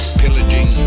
pillaging